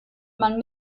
man